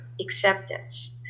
acceptance